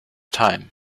time